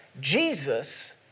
Jesus